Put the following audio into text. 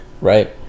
Right